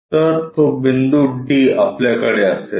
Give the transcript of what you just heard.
तर तो बिंदू D आपल्याकडे असेल